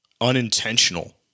unintentional